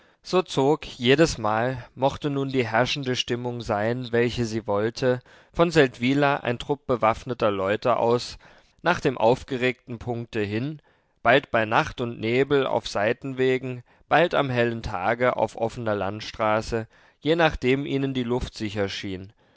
so zog jedesmal mochte nun die herrschende stimmung sein welche sie wollte von seldwyla ein trupp bewaffneter leute aus nach dem aufgeregten punkte hin bald bei nacht und nebel auf seitenwegen bald am hellen tage auf offener landstraße je nachdem ihnen die luft sicher schien